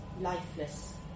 lifeless